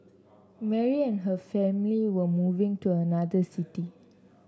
Mary and her family were moving to another city